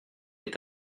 est